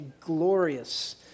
glorious